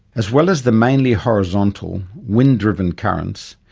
as well as the mainly horizontal, wind driven currents,